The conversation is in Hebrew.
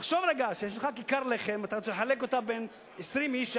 תחשוב רגע שיש לך כיכר לחם ואתה רוצה לחלק אותה בין 20 איש,